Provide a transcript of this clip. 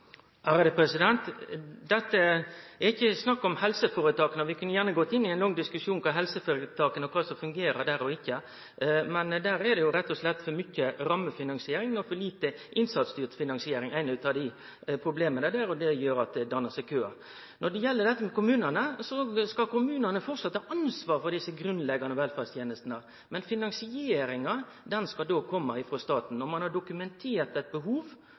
Dette er ikkje snakk om helseføretaka. Vi kunne gjerne gått inn i ein lang diskusjon om helseføretaka og om kva som fungerer der og ikkje, men der er det rett og slett for mykje rammefinansiering og for lite innsatsstyrt finansiering som er eit av problema, og det gjer at det dannar seg køar. Når det gjeld kommunane, skal kommunane framleis ha ansvaret for dei grunnleggjande velferdstenestene, men finansieringa skal kome frå staten. Når ein har dokumentert eit behov